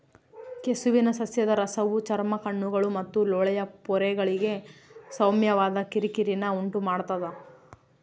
ಕೆಸುವಿನ ಸಸ್ಯದ ರಸವು ಚರ್ಮ ಕಣ್ಣುಗಳು ಮತ್ತು ಲೋಳೆಯ ಪೊರೆಗಳಿಗೆ ಸೌಮ್ಯವಾದ ಕಿರಿಕಿರಿನ ಉಂಟುಮಾಡ್ತದ